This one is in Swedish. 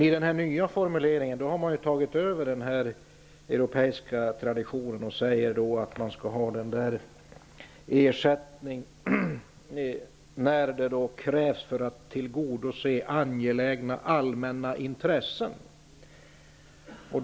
I den nya formuleringen har man anslutit till den europeiska traditionen och föreskriver att ersättning skall utbetalas när det krävs för att tillgodose angelägna allmänna intressen.